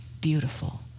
beautiful